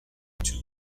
two